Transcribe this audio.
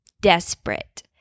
desperate